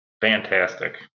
Fantastic